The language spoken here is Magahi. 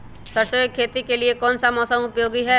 सरसो की खेती के लिए कौन सा मौसम उपयोगी है?